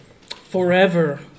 forever